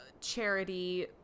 Charity